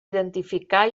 identificar